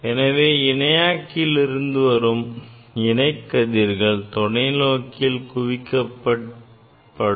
எனவே இணையாக்கியில் இருந்து வரும் இணை கதிர்கள் தொலைநோக்கியில் குவிக்கப்படும்